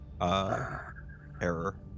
error